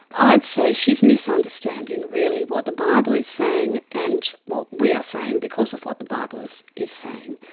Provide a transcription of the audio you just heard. i'd say she's misunderstanding, really, what the bible is saying and what we are saying because of what the bible is is saying,